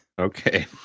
Okay